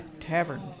Tavern